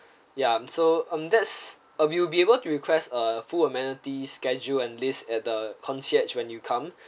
yeah so um that's uh we'll be able to request uh full amenities schedule and list at the concierge when you come